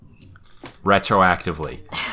Retroactively